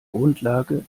grundlage